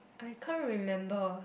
I can't remember